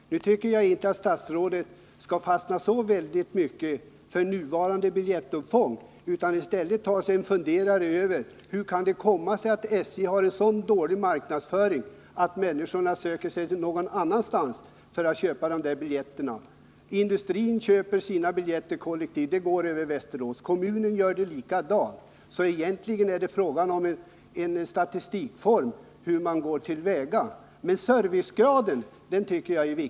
Jag tycker dock inte att statsrådet skall lägga så stor vikt vid nuvarande biljettåtgång utan i stället ta sig en funderare över hur det kan komma sig att SJ har en så dålig marknadsföring att människorna söker sig någon annanstans för att köpa dessa biljetter. Den lokala industrin köper sina biljetter kollektivt från Västerås, kommunen likaså. Egentligen är det en statistisk fråga hur man skall gå till väga. Men jag tycker ändå att frågan om servicegraden är viktig.